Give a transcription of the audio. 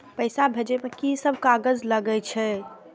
पैसा भेजे में की सब कागज लगे छै?